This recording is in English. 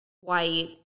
white